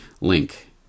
link